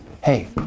hey